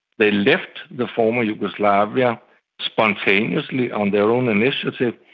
they left the former yugoslavia spontaneously on their own initiative,